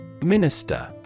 Minister